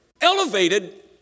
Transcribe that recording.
elevated